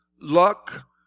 luck